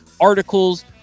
articles